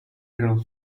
will